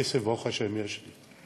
הכסף ברוך השם יש לי,